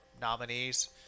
nominees